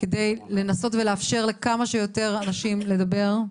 כדי לנסות ולאפשר לכמה שיותר אנשים לדבר.